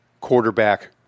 quarterback